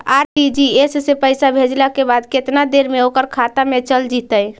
RTGS से पैसा भेजला के बाद केतना देर मे ओकर खाता मे चल जितै?